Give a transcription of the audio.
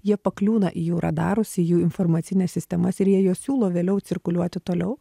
jie pakliūna į jų radarus į jų informacines sistemas ir jie juos siūlo vėliau cirkuliuoti toliau